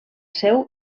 seu